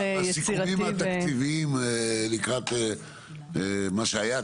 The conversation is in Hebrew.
בסיכומים התקציביים לקראת מה שהיה,